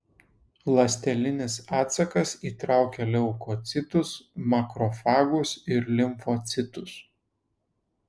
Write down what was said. ląstelinis atsakas įtraukia leukocitus makrofagus ir limfocitus